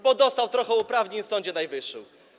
Bo dostał trochę uprawnień w Sądzie Najwyższym.